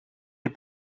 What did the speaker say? les